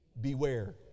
Beware